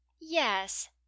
Yes